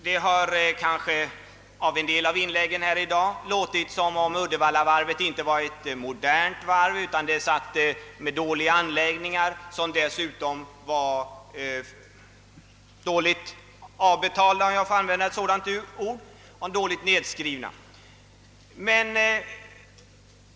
Det har kanske i en del av inläggen i dag låtit som om Uddevallavarvet inte var ett modernt varv utan att det har dåliga anläggningar som dessutom var dåligt avbetalda, dåligt nedskrivna.